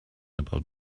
about